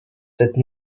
cette